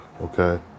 okay